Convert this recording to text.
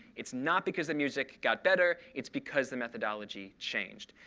it's not because the music got better. it's because the methodology changed.